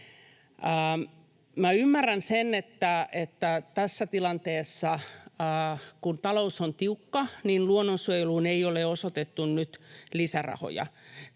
Ymmärrän sen, että tässä tilanteessa, kun talous on tiukka, luonnonsuojeluun ei ole osoitettu nyt lisärahoja.